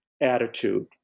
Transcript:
attitude